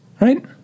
right